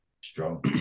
Strong